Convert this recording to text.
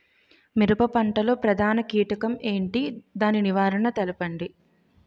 మిరప పంట లో ప్రధాన కీటకం ఏంటి? దాని నివారణ తెలపండి?